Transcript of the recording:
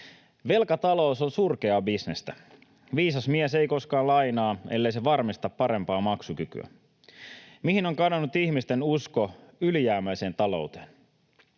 Velkatalous on surkeaa bisnestä. Viisas mies ei koskaan lainaa, ellei se varmista parempaa maksukykyä. Mihin on kadonnut ihmisten usko ylijäämäiseen talouteen?